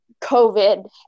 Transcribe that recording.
COVID